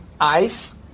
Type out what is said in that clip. ice